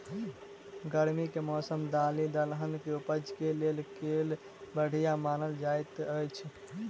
गर्मी केँ मौसम दालि दलहन केँ उपज केँ लेल केल बढ़िया मानल जाइत अछि?